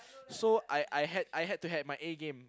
so I I had I had to had my A game